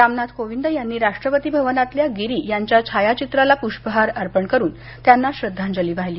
रामनाथ कोविंद यांनी राष्ट्रपती भवनातल्या गिरी यांच्या छायाचित्राला पुष्पहार अर्पण करून त्यांना श्रद्धांजली वाहिली